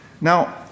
Now